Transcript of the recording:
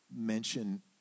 mention